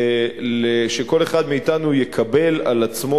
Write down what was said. שכל אחד מאתנו יקבל על עצמו,